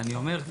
אני אומר,